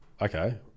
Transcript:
okay